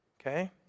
Okay